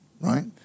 right